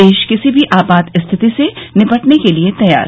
देश किसी भी आपात स्थिति से निपटने के लिए तैयार